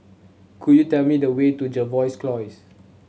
could you tell me the way to Jervois